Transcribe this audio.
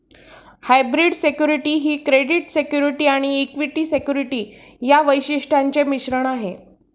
hybrid security ही credit security आणि equity security या वैशिष्ट्यांचे मिश्रण आहे